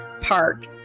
park